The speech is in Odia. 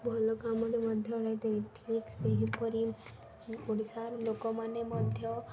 ଭଲ କାମରେ ମଧ୍ୟ ଠିକ୍ ସେହିପରି ଓଡ଼ିଶାର ଲୋକମାନେ ମଧ୍ୟ